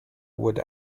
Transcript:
would